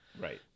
Right